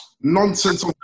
nonsense